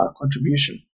contribution